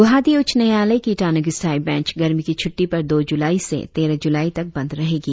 ग्रवाहाटी उच्च न्यायालय की ईटानगर स्थायी बेंच गर्मी की छुट़टी पर दो जुलाई से तेरह जुलाई तक बंद रहेगी